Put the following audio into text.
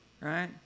right